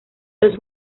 los